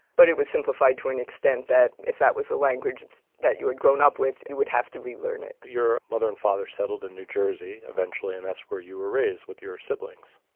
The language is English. but it was simplified to an extent that if that was the language and that you had grown up with, it would have to relearn it. your mother and father settled in new jersey eventually, and that's where you were raised with your siblings.